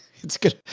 it's good.